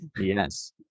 Yes